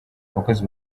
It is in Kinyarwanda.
abakozi